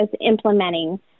implementing